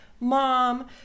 mom